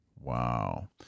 Wow